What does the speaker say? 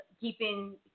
keeping